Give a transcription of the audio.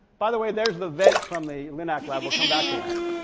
by the way there's the vet from the linac lab we'll come back to that.